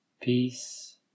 Peace